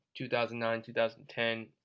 2009-2010